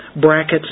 brackets